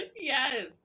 Yes